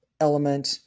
element